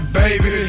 baby